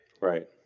Right